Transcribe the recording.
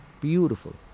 beautiful